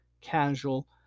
casual